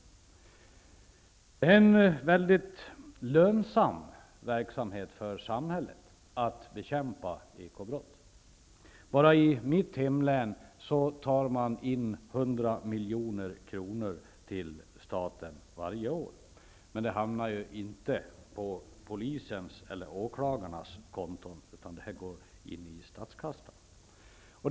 Det är en lönsam verksamhet för samhället att bekämpa ekobrott. Bara i mitt hemlän tar man in 100 milj.kr. till staten varje år. Pengarna hamnar dock inte på polisens eller åklagarnas konton, utan de går in i statskassan.